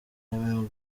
mme